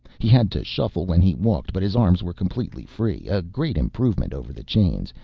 he had to shuffle when he walked but his arms were completely free, a great improvement over the chains,